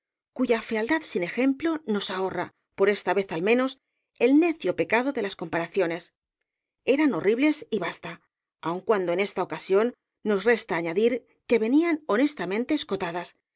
cuya fealdad sin ejemplo nos ahorra por esta vez al menos el necio pecado de las comparaciones eran horribles y basta aun cuando en esta ocasión nos resta añadir que venían honestamente escotadas